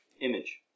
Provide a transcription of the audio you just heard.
Image